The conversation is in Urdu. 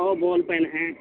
سو بول پین ہیں